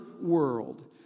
world